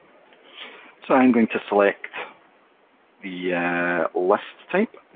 so i'm going to select the list type,